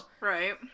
Right